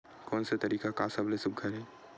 कोन से तरीका का सबले सुघ्घर हे?